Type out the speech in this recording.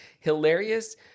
Hilarious